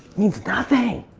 means nothing.